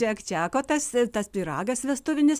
čiakčiako tas tas pyragas vestuvinis